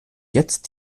jetzt